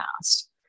past